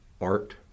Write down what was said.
art